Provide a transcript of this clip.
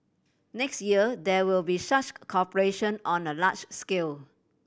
next year there will be such cooperation on a large scale